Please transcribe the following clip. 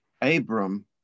Abram